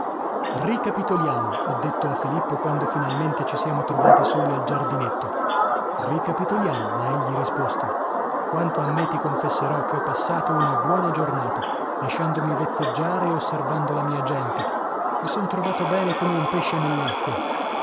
ricapitoliamo ho detto a filippo quando finalmente ci siamo trovati soli al giardinetto ricapitoliamo m'ha egli risposto quanto a me ti confesserò che ho passato una buona giornata lasciandomi vezzeggiare e osservando la mia gente mi sono trovato bene come un pesce